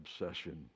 obsession